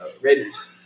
Raiders